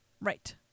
Right